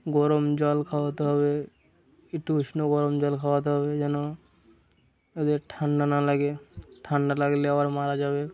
গরম জল খাওয়াতে হবে একটু উষ্ণ গরম জল খাওয়াতে হবে যেন এদের ঠান্ডা না লাগে ঠান্ডা লাগলে আবার মারা যাবে